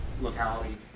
locality